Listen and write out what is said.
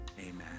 Amen